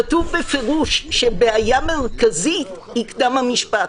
כתוב בפירוש שבבעיה מרכזית היא קדם המשפט.